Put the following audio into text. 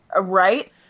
right